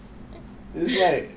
it's like